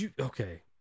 Okay